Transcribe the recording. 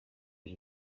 iri